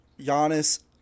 Giannis